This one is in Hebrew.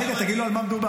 רגע, תגיד לו על מה מדובר.